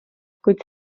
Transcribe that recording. kuid